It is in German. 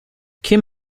kim